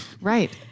Right